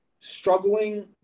struggling